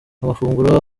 amafunguro